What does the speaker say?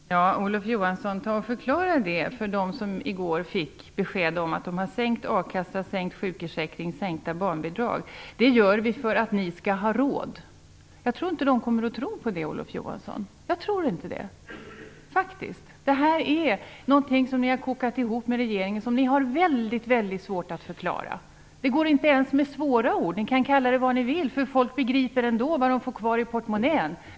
Fru talman! Olof Johansson, förklara detta för dem som i går fick besked om att a-kassan, sjukförsäkringen och barnbidragen har sänkts. Ni säger att ni gör det för att ni skall ha råd. Jag tror inte att de kommer att tro på det. Det här är någonting som ni har kokat ihop med regeringen och som ni har väldigt svårt att förklara. Det går inte att förklara ens med svåra ord. Ni kan kalla det för vad ni vill. Folk begriper ändå vad de får kvar i portmonnän.